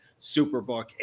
Superbook